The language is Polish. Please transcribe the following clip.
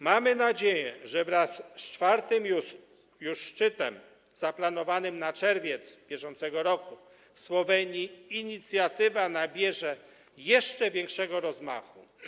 Mamy nadzieję, że wraz z czwartym już szczytem zaplanowanym na czerwiec br. w Słowenii inicjatywa nabierze jeszcze większego rozmachu.